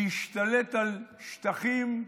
להשתלט על שטחים.